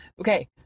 Okay